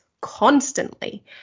constantly